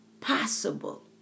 possible